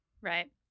Right